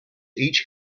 each